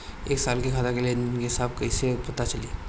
एक साल के खाता के लेन देन के हिसाब कइसे पता चली?